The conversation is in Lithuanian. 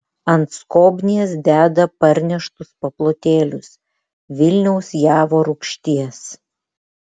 ant skobnies deda parneštus paplotėlius vilniaus javo rūgšties